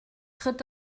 tritt